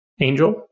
Angel